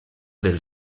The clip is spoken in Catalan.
del